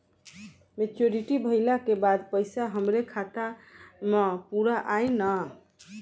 Maturity भईला के बाद पईसा हमरे खाता म पूरा आई न?